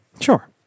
Sure